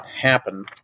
happen